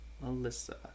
Melissa